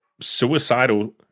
suicidal